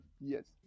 Yes